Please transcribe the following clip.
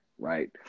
Right